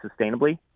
sustainably